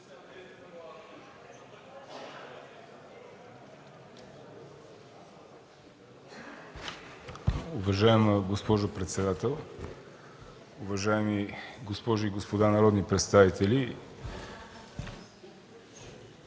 Уважаема госпожо председател, уважаеми госпожи и господа народни представители,